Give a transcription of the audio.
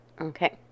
Okay